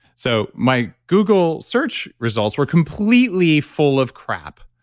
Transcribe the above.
so my google search results were completely full of crap.